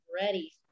ready